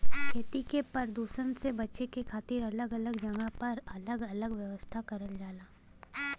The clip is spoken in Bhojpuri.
खेती के परदुसन से बचे के खातिर अलग अलग जगह पर अलग अलग व्यवस्था करल जाला